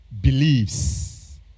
Believes